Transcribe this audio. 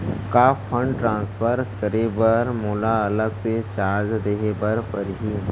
का fund transfer करे बर मोला अलग से चार्ज देहे बर परही?